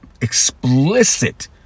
explicit